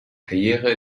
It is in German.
karriere